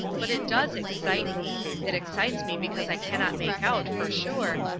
but it does excite me. it excites me because i cannot make out, for sure,